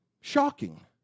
shocking